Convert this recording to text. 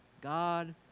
God